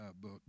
book